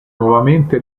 nuovamente